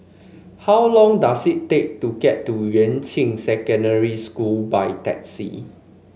how long does it take to get to Yuan Ching Secondary School by taxi